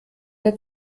der